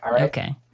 Okay